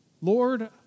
Lord